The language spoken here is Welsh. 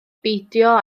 beidio